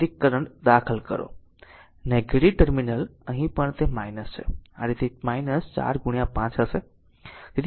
તેથી કરંટ દાખલ કરો નેગેટીવ ટર્મિનલ અહીં પણ તે છે તેથી આ હશે 4 5